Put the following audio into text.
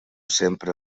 sempre